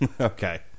Okay